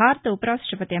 భారత ఉపరాష్టపతి ఎం